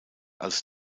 als